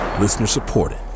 Listener-supported